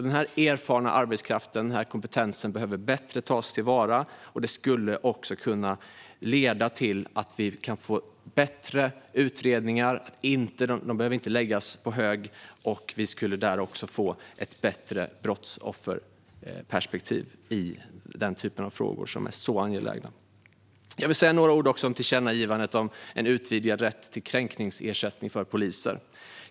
Denna erfarna arbetskraft och denna kompetens behöver tas till vara bättre. Det skulle också kunna leda till bättre utredningar och till att utredningarna inte behöver läggas på hög. Vi skulle då även få ett bättre brottsofferperspektiv i dessa frågor, som är så angelägna. Jag vill säga några ord om tillkännagivandet om en utvidgad rätt till kränkningsersättning till poliser.